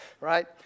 Right